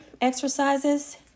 exercises